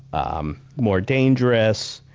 um more dangerous,